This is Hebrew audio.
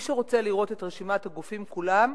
מי שרוצה לראות את רשימת הגופים כולם